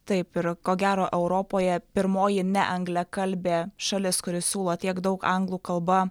taip ir ko gero europoje pirmoji neangliakalbė šalis kuri siūlo tiek daug anglų kalba